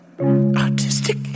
artistic